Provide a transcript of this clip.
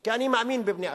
כי אני מאמין בבני-אדם.